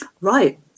Right